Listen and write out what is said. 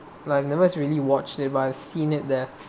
like I've never really watched nearby seen it there